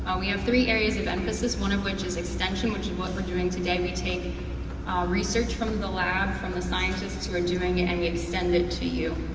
we have three areas of emphasis, one of which is extension which is what we're doing today. we take research from the lab from the scientists who are doing it, and we extend it to you.